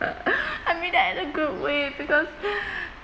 I mean that in a good way because